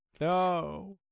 No